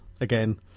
again